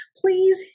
Please